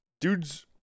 dudes